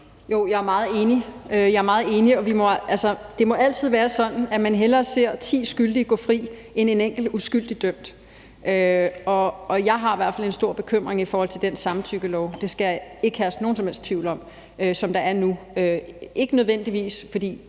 Jo, jeg er meget enig. Det må altid være sådan, at man hellere ser ti skyldige gå fri end enkelt uskyldig dømt. Og jeg har i hvert fald en stor bekymring i forhold til den samtykkelov, som der er nu – det skal der ikke herske nogen som helst tvivl om – og det her med de falske